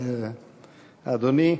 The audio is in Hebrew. אדוני.